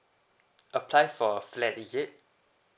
apply for a flat is it